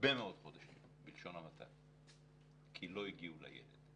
הרבה מאוד חודשים, בלשון המעטה, כי לא הגיעו לידע.